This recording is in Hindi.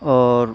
और